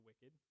wicked